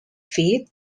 feed